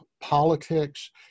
politics